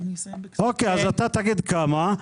----- אתה תגיד כמה.